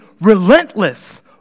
relentless